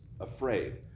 afraid